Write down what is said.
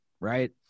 right